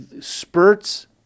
spurts